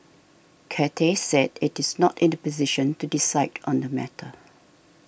Cathay said it is not in the position to decide on the matter